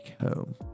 home